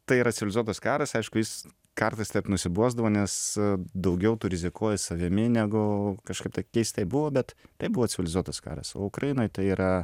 tai yra civilizuotas karas aišku jis kartais taip nusibosdavo nes daugiau tu rizikuoji savimi negu kažkaip keistai buvo bet tai buvo civilizuotas karas o ukrainoj tai yra